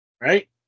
Right